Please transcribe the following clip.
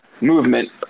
movement